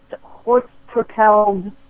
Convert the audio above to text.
horse-propelled